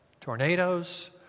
tornadoes